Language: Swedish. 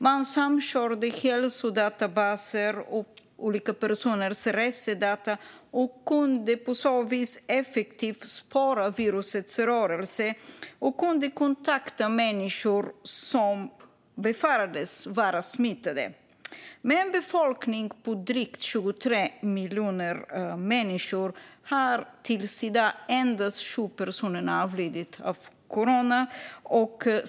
Man samkörde hälsodatabaser och olika personers resedata och kunde på så vis effektivt spåra virusets rörelse, och man kunde kontakta människor som befarades vara smittade. Taiwan har drygt 23 miljoner invånare. Tills i dag har endast 7 personer avlidit av corona.